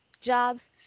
jobs